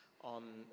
on